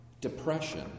depression